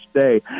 day